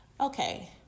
okay